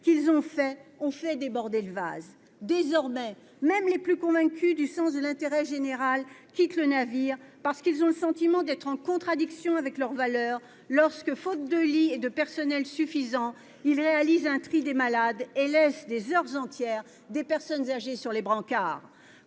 du Gouvernement a fait déborder le vase. Désormais, même les plus convaincus du sens de l'intérêt général quittent le navire, parce qu'ils ont le sentiment d'être en contradiction avec leurs valeurs lorsque, faute de lits et de personnel suffisant, ils réalisent un tri des malades et laissent des heures entières des personnes âgées sur les brancards.